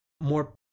more